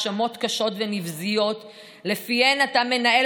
האשמות קשות ונבזיות שלפיהן אתה מנהל